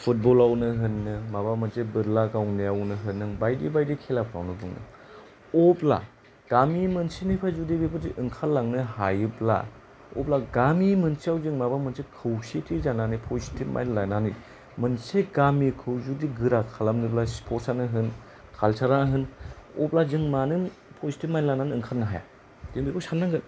football आवनो होन नों माबा मोनसे बोरला गावनायावनो होन नों बायदि बायदि खेलाफ्रावनो दङ अब्ला गामि मोनसेनिफ्राय जुदि बेबायदि ओंखारलांनो हायोब्ला अब्ला गामि मोनसेयाव जों माबा मोनसे खौसेथि जानानै पजिटिभ माइन्द लानानै मोनसे गामिखौ जुदि गोरा खालामनोब्ला स्पर्ट्स आनो होन काल्सार आनो होन अब्ला जों मानो पजिटिभ माइन्द लानानै ओंखारनो हाया जों बेखौ साननांगोन